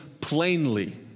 plainly